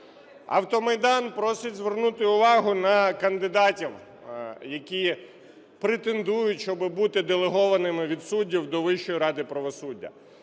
"Автомайдан" просить звернути увагу на кандидатів, які претендують, щоб бути делегованими від суддів до Вищої ради правосуддя.